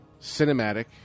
cinematic